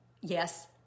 Yes